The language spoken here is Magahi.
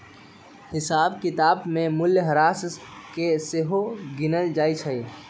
हिसाब किताब में मूल्यह्रास के सेहो गिनल जाइ छइ